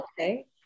okay